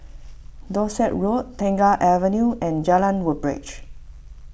Dorset Road Tengah Avenue and Jalan Woodbridge